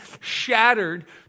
shattered